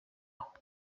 aho